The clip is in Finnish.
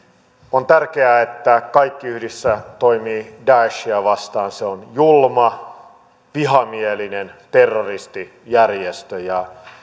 on tärkeää että kaikki yhdessä toimivat daeshia vastaan se on julma vihamielinen terroristijärjestö